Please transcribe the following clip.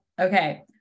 okay